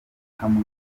guhamwa